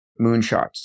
moonshots